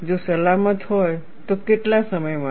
જો સલામત હોય તો કેટલા સમય માટે